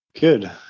good